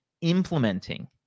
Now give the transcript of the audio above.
implementing